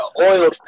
oil